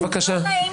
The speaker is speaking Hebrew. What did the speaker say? אנחנו האוליגרכים.